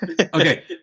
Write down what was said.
Okay